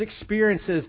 experiences